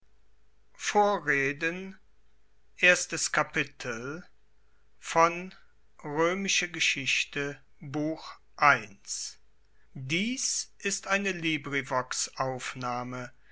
dies ist die